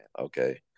okay